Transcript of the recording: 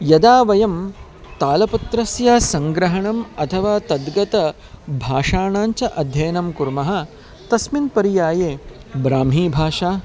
यदा वयं तालपत्रस्य सङ्ग्रहणम् अथवा तद्गत भाषाणानां च अध्ययनं कुर्मः तस्मिन् पर्याये ब्राह्मीभाषा